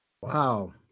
Wow